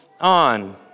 on